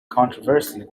controversy